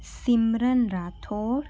Simran Rathore